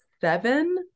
seven